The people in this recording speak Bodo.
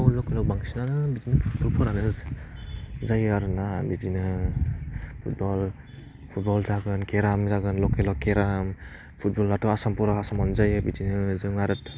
लकेलाव बांसिनानो बिदिनो फुटबलफोरानो जायो आरोना बिदिनो फुटबल फुटबल जागोन केराम जागोन लकेलाव केराम फुटबलाथ' आसाम फुरा आसामावनो जायो बिदिनो जों आरो